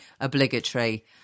obligatory